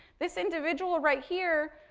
this individual right here,